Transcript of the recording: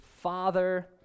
father